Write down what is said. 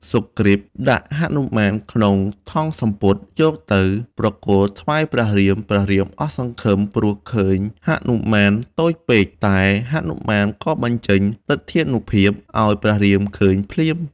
សុគ្រីព ដាក់ហនុមានក្នុងថង់សំពត់ យកទៅប្រគល់ថ្វាយព្រះរាម ព្រះរាមអស់សង្ឃឹម ព្រោះឃើញហនុមាន តូចពេក តែហនុមានក៏បញ្ចេញឫទ្ធានុភាព ឱ្យព្រះរាមឃើញភ្លាម។